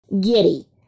Giddy